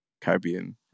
Caribbean